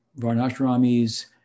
Varnashramis